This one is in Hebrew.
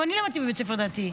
גם אני למדתי בבית ספר דתי,